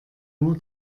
nur